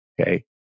Okay